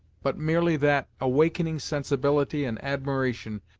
but merely that awakening sensibility and admiration,